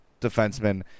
defenseman